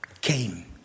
came